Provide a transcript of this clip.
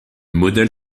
modèle